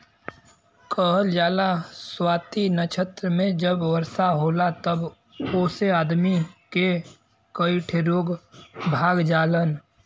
कहल जाला स्वाति नक्षत्र मे जब वर्षा होला तब ओसे आदमी के कई ठे रोग भाग जालन